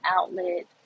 outlet